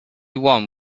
one